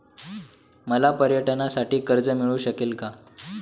मला पर्यटनासाठी कर्ज मिळू शकेल का?